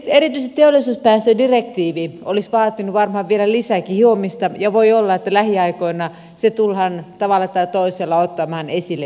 erityisesti teollisuuspäästödirektiivi olisi vaatinut varmaan vielä lisääkin hiomista ja voi olla että lähiaikoina se tullaan tavalla tai toisella ottamaan esille uudestaan